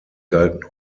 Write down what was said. galten